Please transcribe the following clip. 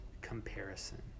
comparison